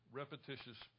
repetitious